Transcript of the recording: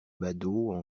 badauds